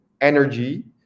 energy